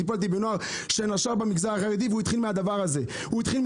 טיפלתי בנוער שנשר במגזר החרדי והוא התחיל מהחשיפה לאינטרנט,